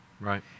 Right